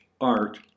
art